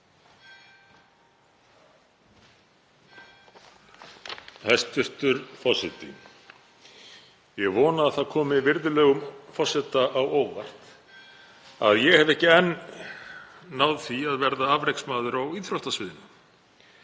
Hæstv. forseti. Ég vona að það komi virðulegum forseta á óvart að ég hef ekki enn náð því að verða afreksmaður á íþróttasviðinu.